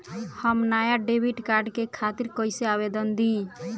हम नया debit card के खातिर कइसे आवेदन दीं?